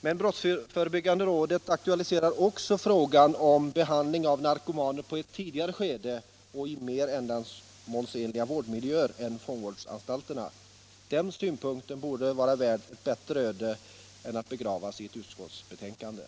Brottsförebyggande rådet aktualiserar också frågan om behandling av narkomaner i ett tidigare skede och i mer ändamålsenliga vårdmiljöer än fångvårdsanstalterna. Den synpunkten borde vara värd ett bättre öde än att begravas i ett utskottsbetänkande.